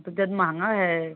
तो जद महंगा है